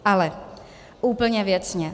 Ale úplně věcně.